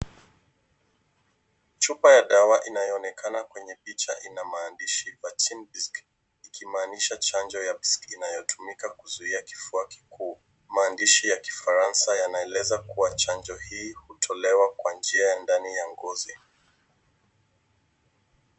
Chupa ya dawa inayoonekana kwenye picha ina maandishi vaccine BCG ikimaanisha chanjo ya BCG inayotumika kuzuia kifua kikuu. Maandishi ya Kifaransa yaneleza kuwa chanjo hii hutolewa kwa njia ya ndani ya ngozi.